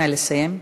נא לסיים.